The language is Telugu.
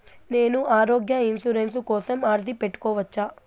నేను ఆరోగ్య ఇన్సూరెన్సు కోసం అర్జీ పెట్టుకోవచ్చా?